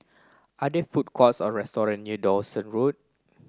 are there food courts or restaurant near Dawson Road